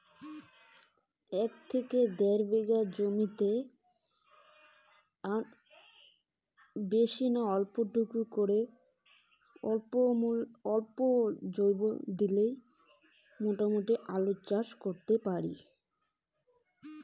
স্বল্প মূল্যে জৈব কৃষি পদ্ধতিতে কীভাবে আলুর চাষ করতে পারি?